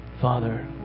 Father